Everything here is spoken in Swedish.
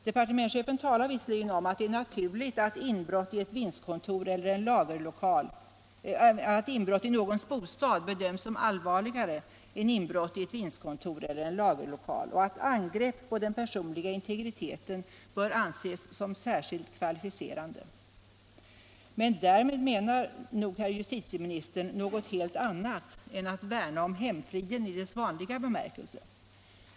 Departementschefen talar visserligen om att det är naturligt att inbrott i någons bostad bedöms som allvarligare än inbrott i ett vindskontor eller en lagerlokal och att angrepp på den personliga integriteten bör anses särskilt kvalificerade, men därmed menar nog herr justitieministern något helt annat än att värna om hemfriden i dess vanliga bemärkelse.